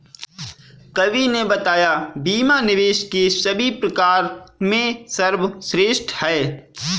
कवि ने बताया बीमा निवेश के सभी प्रकार में सर्वश्रेष्ठ है